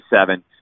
seven